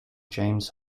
james